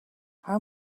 how